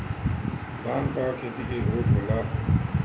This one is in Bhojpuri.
धान का खेती के ग्रोथ होला?